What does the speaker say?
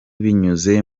binyuze